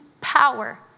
power